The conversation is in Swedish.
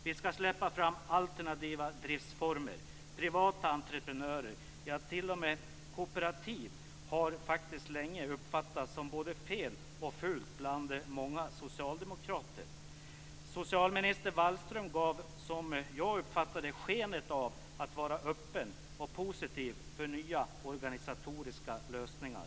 Vi skall släppa fram alternativa driftsformer. Privata entreprenörer, ja t.o.m. kooperativ, har faktiskt länge uppfattats som både fel och fult bland många socialdemokrater. Socialminister Wallström gav, som jag uppfattade det, sken av att vara öppen för och positiv till nya organisatoriska lösningar.